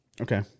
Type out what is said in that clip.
Okay